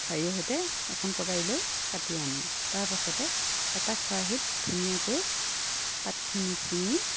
ঠাৰিৰে সৈতে এখন কটাৰি লৈ কাটি আনো তাৰ পাছতে এটা খৰাহিত ধুনীয়াকৈ পাতখিনি চিঙি